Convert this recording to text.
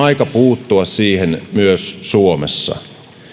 aika puuttua siihen myös suomessa